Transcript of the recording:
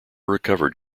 recovered